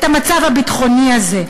את המצב הביטחוני הזה,